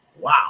wow